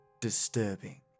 disturbing